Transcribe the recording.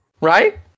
right